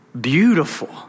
beautiful